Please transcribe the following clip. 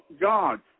God